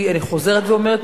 אני חוזרת ואומרת,